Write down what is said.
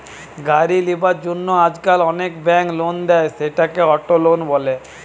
গাড়ি লিবার জন্য আজকাল অনেক বেঙ্ক লোন দেয়, সেটাকে অটো লোন বলে